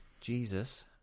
Jesus